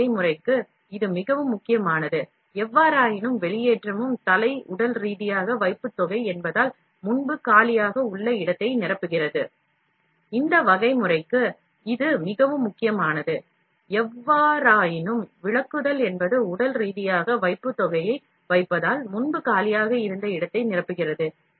இந்த வகை முறைக்கு இது மிகவும் முக்கியமானது இந்த வகை முறைக்கு இது மிகவும் முக்கியமானது இருப்பினும் இங்கே வைப்பு பொருள் முன்பு காலியாக உள்ள இடத்தை நிரப்புகிறது